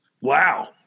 Wow